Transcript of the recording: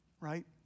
right